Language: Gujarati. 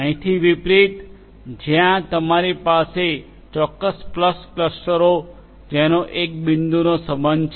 અહીંથી વિપરીત જ્યાં તમારી પાસે ચોક્કસ સ્પષ્ટ ક્લસ્ટરો છે જેનો એક બિંદુનો સંબંધ છે